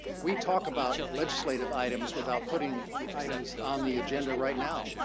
we talk about legislative items without putting the items on the agenda right now.